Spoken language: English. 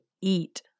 eat